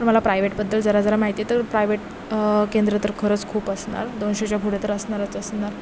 पण मला प्रायवेटबद्दल जरा जरा माहिती आहे तर प्रायव्हेट केंद्र तर खरंच खूप असणार दोनशेच्या पुढे तर असणारच असणार